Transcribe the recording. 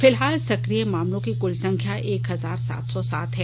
फिलहाल सक्रिय मामलों की कुल संख्या एक हजार सात सौ सात है